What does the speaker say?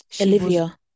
Olivia